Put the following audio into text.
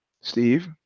Steve